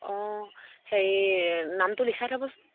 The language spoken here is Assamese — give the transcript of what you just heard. অঁ হেৰি নামটো লিখাই থবচোন